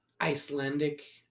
Icelandic